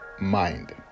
mind